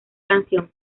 canción